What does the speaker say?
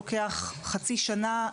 לוקח חצי שנה,